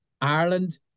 Ireland